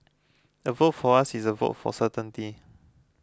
a vote for us is a vote for certainty